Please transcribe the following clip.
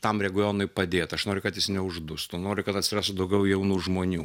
tam regionui padėt aš noriu kad jis neuždustų noriu kad atsirastų daugiau jaunų žmonių